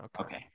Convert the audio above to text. okay